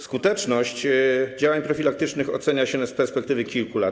Skuteczność działań profilaktycznych ocenia się z perspektywy kilku lat.